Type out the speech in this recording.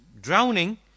drowning